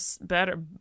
better